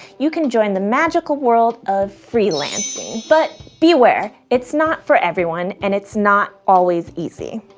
you can join the magical world of freelancing. but beware! it's not for everyone, and it's not always easy.